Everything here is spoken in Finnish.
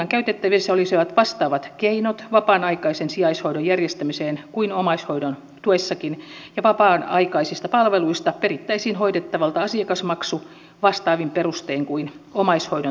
kunnan käytettävissä olisivat vastaavat keinot vapaan aikaisen sijaishoidon järjestämiseen kuin omaishoidon tuessakin ja vapaan aikaisista palveluista perittäisiin hoidettavalta asiakasmaksu vastaavin perustein kuin omaishoidon tuessa